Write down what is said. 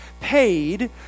paid